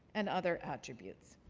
and other attributes.